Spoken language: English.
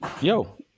Yo